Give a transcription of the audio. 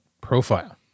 profile